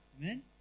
Amen